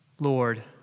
Lord